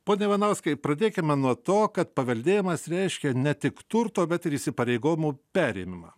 pone ivanauskai pradėkime nuo to kad paveldėjimas reiškia ne tik turto bet ir įsipareigojimų perėmimą